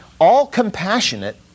all-compassionate